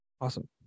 Awesome